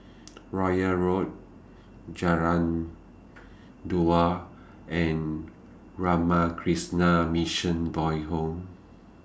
Royal Road Jalan Duad and Ramakrishna Mission Boys' Home